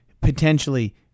potentially